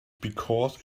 because